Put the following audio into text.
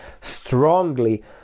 strongly